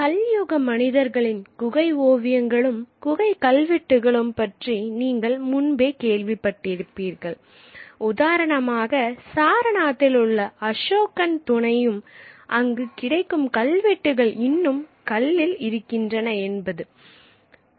கல் யுக மனிதர்களின் குகை ஓவியங்களும் குகை கல்வெட்டுகளும் பற்றி நீங்கள் முன்பே கேள்விப்பட்டிருப்பீர்கள் உதாரணமாக சாரநாத்தில் உள்ள அசோகன் துணையும் அங்கு கிடைக்கும் கல்வெட்டுகள் இன்னும் கல்லில் இருக்கின்றன என்பர்